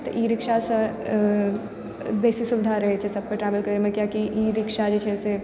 तऽ ई रिक्शासँ बेसी सुविधा रहै छै सबके ट्रेवल करैमे कियाकि ई रिक्शा जे छै से